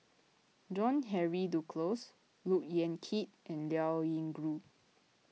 John Henry Duclos Look Yan Kit and Liao Yingru